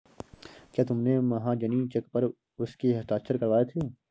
क्या तुमने महाजनी चेक पर उसके हस्ताक्षर करवाए थे?